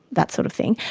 that sort of thing.